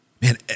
man